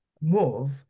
move